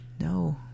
No